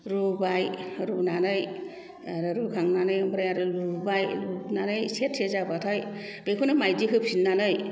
रुबाय रुनानै आरो रुखांनानै ओमफ्राय आरो लुबाइ आरो लुनानै सेरसे जाबाथाय बेखौनो मायदि होफिननानै